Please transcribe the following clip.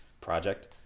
project